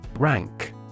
Rank